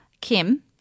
Kim